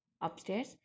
upstairs